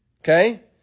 Okay